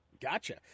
Gotcha